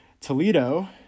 Toledo